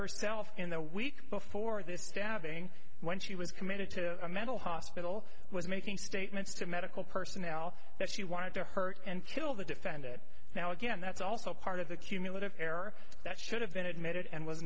herself in the week before this stabbing when she was committed to a mental hospital was making statements to medical personnel that she wanted to hurt and kill the defend it now again that's also part of the cumulative error that should have been admitted and was